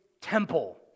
temple